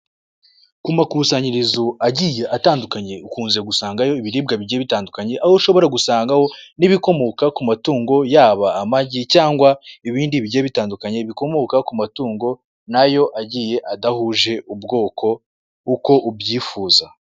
Ku makusanyirizo agiye atandukane ukunze gusangayo ibiribwa bigiye bitandukanye, aho ushobora gusangaho n'ibikomoka ku matungo, yaba amagi cyangwa ibindi bigiye bitandukanye bikomoka ku matungo nayo agiye adahuje ubwoko uko ubyifuza.